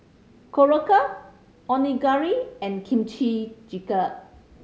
Korokke Onigiri and Kimchi Jjigae